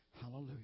Hallelujah